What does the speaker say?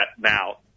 now